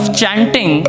chanting